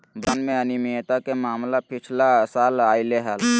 भुगतान में अनियमितता के मामला पिछला साल अयले हल